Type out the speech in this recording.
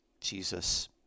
Jesus